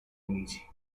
amici